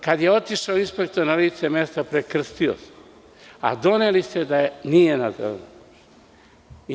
Kada je otišao inspektor na lice mesta, prekrstio se, a doneli ste da nije na zelenoj površini.